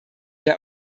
der